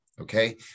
okay